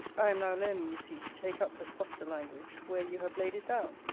i am now learning, you see, to take up the softer language, where you have laid it down.